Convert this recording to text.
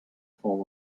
form